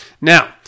Now